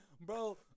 Bro